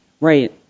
Right